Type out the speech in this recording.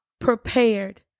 prepared